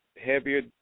heavier